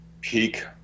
peak